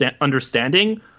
understanding